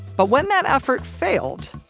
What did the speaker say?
but when that effort failed,